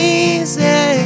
easy